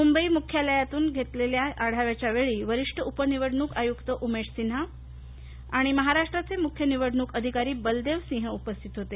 मुंबई मुख्यालयातून घेतलेल्या आढाव्याच्यावेळी वरिष्ठ उपनिवडणूक आयुक्त उमेश सिंन्हा आणि महाराष्ट्राचे मुख्य निवडणूक अधिकारी बलदेव सिंह उपस्थित होते